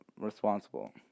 responsible